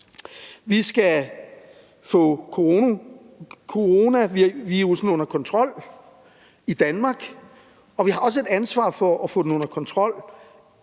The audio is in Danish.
vi skal få coronavirussen under kontrol i Danmark, og vi har også et ansvar for at få den under kontrol